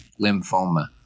lymphoma